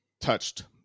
touched